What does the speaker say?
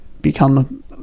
become